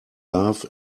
love